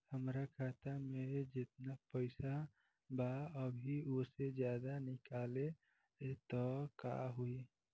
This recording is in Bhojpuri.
हमरा खाता मे जेतना पईसा बा अभीओसे ज्यादा निकालेम त का होई?